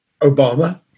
Obama